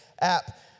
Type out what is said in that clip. app